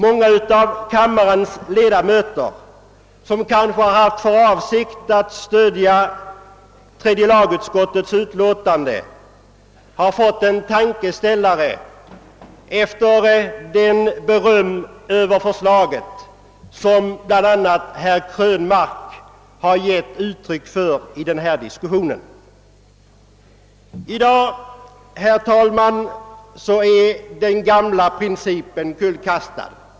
Många av kammarens ledamöter som kanske haft för avsikt att stödja tredje lagutskottet tror jag har fått en tankeställare efter det beröm av förslaget som bla. herr Krönmark har givit uttryck för i denna diskussion. I dag är den gamla principen kullkastad.